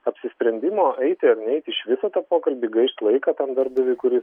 apsisprendimo eiti ar neiti iš viso į tą pokalbį gaišt laiką tam darbdaviui kuris